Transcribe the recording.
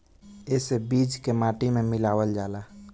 एसे बीज के माटी में मिलावल जाला